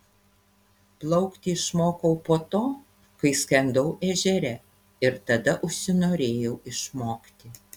plaukti išmokau po to kai skendau ežere ir tada užsinorėjau išmokti